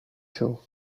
tool